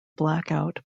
blackout